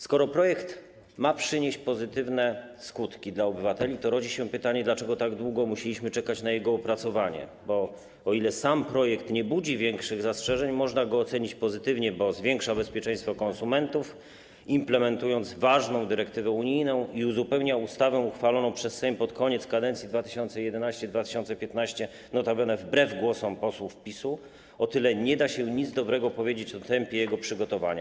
Skoro projekt ma przynieść pozytywne skutki dla obywateli, to rodzi się pytanie, dlaczego tak długo musieliśmy czekać na jego opracowanie, bo o ile sam projekt nie budzi większych zastrzeżeń, można go ocenić pozytywnie, bo zwiększa bezpieczeństwo konsumentów, implementując ważną dyrektywę unijną, i uzupełnia ustawę uchwaloną przez Sejm pod koniec kadencji 2011–2015, notabene wbrew głosom posłów PiS-u, o tyle nie da się nic dobrego powiedzieć o tempie jego przygotowania.